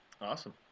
Awesome